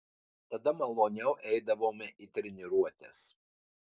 tada maloniau eidavome į treniruotes